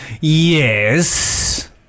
Yes